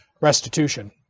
restitution